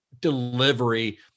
delivery